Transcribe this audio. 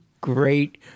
great